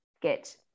get